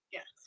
Yes